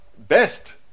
Best